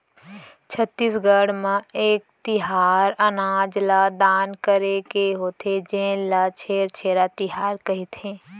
छत्तीसगढ़ म एक तिहार अनाज ल दान करे के होथे जेन ल छेरछेरा तिहार कहिथे